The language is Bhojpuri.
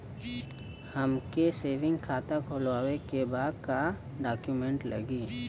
हमके सेविंग खाता खोलवावे के बा का डॉक्यूमेंट लागी?